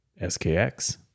SKX